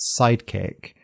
sidekick